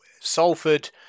salford